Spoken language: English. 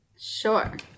Sure